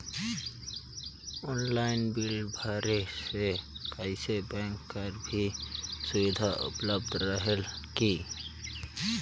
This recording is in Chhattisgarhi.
ऑनलाइन बिल भरे से कइसे बैंक कर भी सुविधा उपलब्ध रेहेल की?